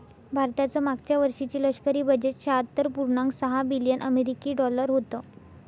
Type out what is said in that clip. भारताचं मागच्या वर्षीचे लष्करी बजेट शहात्तर पुर्णांक सहा बिलियन अमेरिकी डॉलर होतं